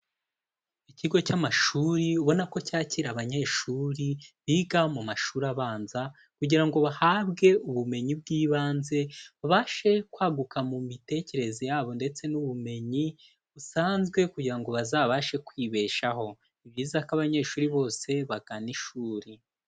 Ikigo cy'amashuri ubona ko cyakira abanyeshuri biga mu mashuri abanza kugira ngo bahabwe ubumenyi bw'ibanze, babashe kwaguka mu mitekerereze yabo ndetse n'ubumenyi busanzwe kugira ngo bazabashe kwibeshaho, ni byiza ko abanyeshuri bose bagana ishuri.